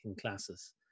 classes